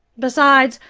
besides,